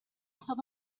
stato